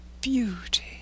beauty